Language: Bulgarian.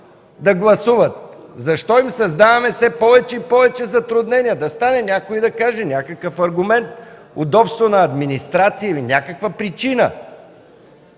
да гласуват. Защо им създаваме все повече и повече затруднения? Да стане някой и да каже някакъв аргумент – удобство на администрация или някаква причина?